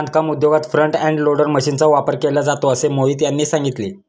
बांधकाम उद्योगात front end loader मशीनचा वापर केला जातो असे मोहित यांनी सांगितले